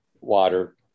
water